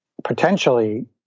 Potentially